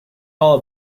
all